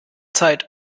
zeit